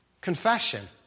Confession